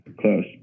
Close